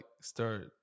start